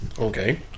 okay